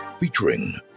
featuring